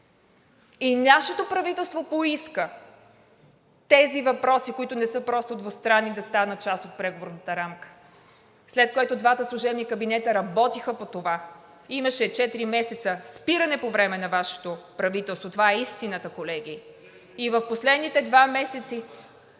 и нашето правителство поиска тези въпроси, които не са просто двустранни, да станат част от Преговорната рамка. След което двата служебни кабинета работиха по това. Имаше четири месеца спиране по време на Вашето правителство – това е истината, колеги! (Реплики